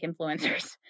influencers